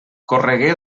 corregué